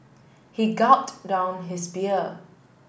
he gulped down his beer